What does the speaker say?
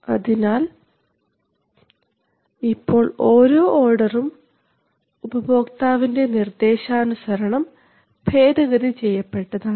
അതിനാൽ ഇപ്പോൾ ഓരോ ഓർഡറും ഉപഭോക്താവിൻറെ നിർദ്ദേശാനുസരണം ഭേദഗതി ചെയ്യപ്പെട്ടതാണ്